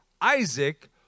Isaac